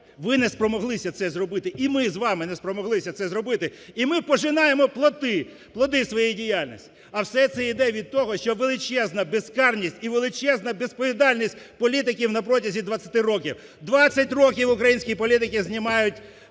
Ви не спромоглися це зробити. І ми з вами не спромоглися це зробити. І ми пожинаємо плоди своєї діяльності. А все це іде від того, що величезна безкарність і величезна безвідповідальність політиків на протязі 20 років. 20 років українські політики знімають